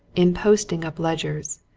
in posting up ledgers,